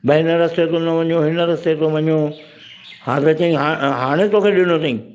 भई हिन रस्ते त न वञो हिन रस्ते थो वञो हा त चई हा हाणे तोखे ॾिनो अथई